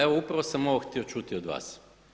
Evo, upravo sam ovo htio čuti od vas.